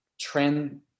trend